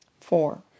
Four